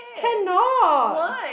cannot